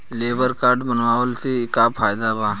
Labour card बनवाला से का फायदा बा?